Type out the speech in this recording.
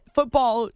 football